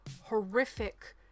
horrific